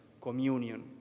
communion